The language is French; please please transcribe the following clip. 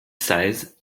seize